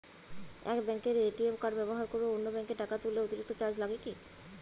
এক ব্যাঙ্কের ATM card ব্যবহার করে অন্য ব্যঙ্কে টাকা তুললে অতিরিক্ত চার্জ লাগে কি?